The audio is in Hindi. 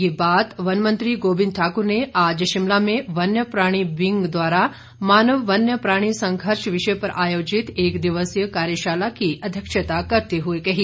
ये बात वन मंत्री गोविंद ठाक्र ने आज शिमला में वन्य प्राणी विंग द्वारा मानव वन्य प्राणी संघर्ष विषय पर आयोजित एक दिवसीय कार्यशाला की अध्यक्षता करते हुए कही